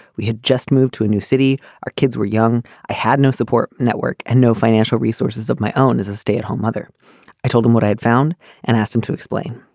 we had just moved to a new city. our kids were young. i had no support network and no financial resources of my own. as a stay at home mother i told them what i had found and asked him to explain.